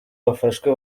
bafashwe